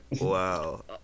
wow